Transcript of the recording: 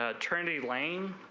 attorney lane